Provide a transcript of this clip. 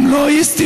הם לא יסתמו.